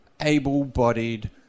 able-bodied